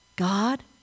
God